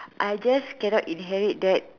I just cannot inherit that